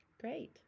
Great